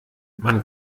man